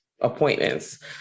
appointments